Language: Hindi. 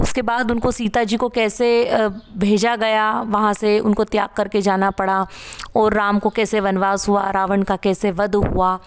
उसके बाद उनको सीता जी को कैसे भेजा गया वहाँ से उनको त्याग करके जाना पड़ा और राम को कैसे वनवास हुआ रावण का कैसे वध हुआ